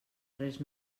res